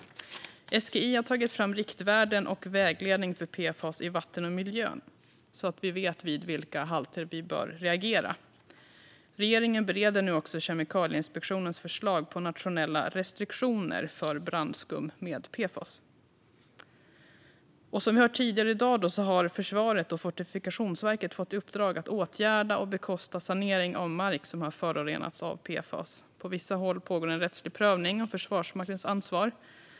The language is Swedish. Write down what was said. SGI har tagit fram riktvärden och vägledning för PFAS i vatten och miljö, så att vi vet vid vilka halter vi bör reagera. Regeringen bereder nu också Kemikalieinspektionens förslag på nationella restriktioner för brandskum med PFAS. Som vi hört tidigare i dag har försvaret och Fortifikationsverket fått i uppdrag att åtgärda och bekosta sanering av mark som har förorenats av PFAS. På vissa håll pågår en rättslig prövning av Försvarsmaktens ansvar.